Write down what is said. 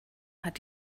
hat